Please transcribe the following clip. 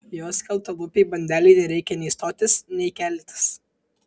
jos skeltalūpei bandelei nereikia nei stotis nei keltis